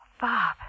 Bob